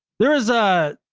there is a.